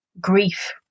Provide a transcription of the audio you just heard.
grief